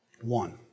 One